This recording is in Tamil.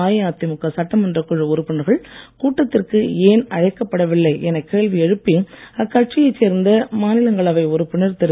அஇஅதிமுக சட்டமன்றக் குழு உறுப்பினர்கள் கூட்டத்திற்கு ஏன் அழைக்கப்படவில்லை என கேள்வி எழுப்பி அக்கட்சியைச் சேர்ந்த மாநிலங்களவை உறுப்பினர் திரு